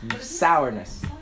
sourness